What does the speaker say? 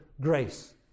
grace